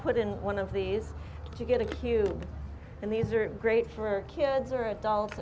put in one of these to get a cube and these are great for kids or adults